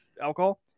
alcohol